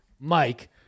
Mike